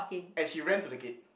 and she ran to the gate